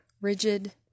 Rigid